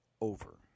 over